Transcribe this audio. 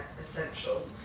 essential